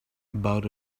about